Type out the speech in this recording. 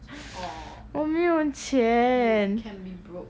我没有钱